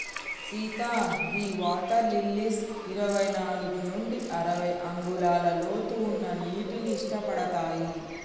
సీత గీ water lilies ఇరవై నాలుగు నుండి అరవై అంగుళాల లోతు ఉన్న నీటిని ఇట్టపడతాయి